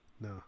no